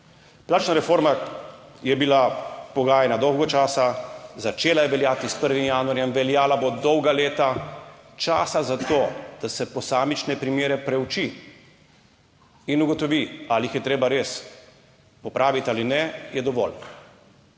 Plačna reforma je bila pogajanja dolgo časa, začela je veljati s 1. januarjem, veljala bo dolga leta. Časa za to, da se posamične primere preuči in ugotovi ali jih je treba res popraviti ali ne, je dovolj.